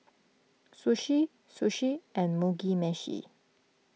Sushi Sushi and Mugi Meshi